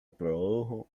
produjo